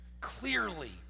Clearly